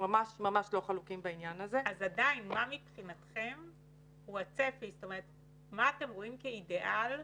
אז מה אתם רואים כאידיאל,